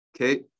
Okay